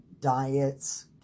diets